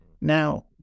now